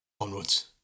Onwards